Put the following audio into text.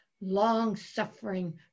long-suffering